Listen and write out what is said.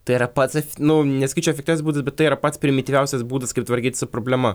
tai yra pats nu nesakyčiau efektyviausias būdas bet tai yra pats primityviausias būdas kaip tvarkyt su problema